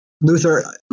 Luther